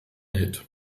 hit